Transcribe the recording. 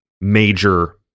major